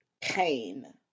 pain